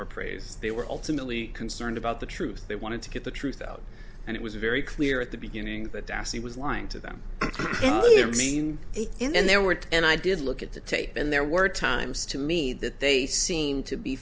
or praise they were ultimately concerned about the truth they wanted to get the truth out and it was very clear at the beginning that as he was lying to them oh you mean and there were two and i did look at the tape and there were times to me that they seemed to be